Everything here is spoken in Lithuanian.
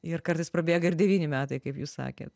ir kartais prabėga ir devyni metai kaip jūs sakėt